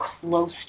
close